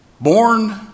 born